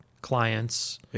clients